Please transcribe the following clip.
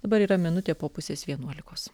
dabar yra minutė po pusės vienuolikos